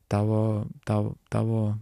tavo tau tavo